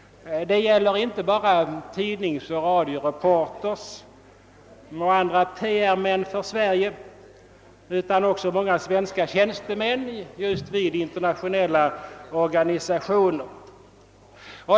Det gäller inte bara tidningsoch radioreportrar och andra PR-män för Sverige utan också många svenska tjänstemän i internationella organisationer.